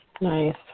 Nice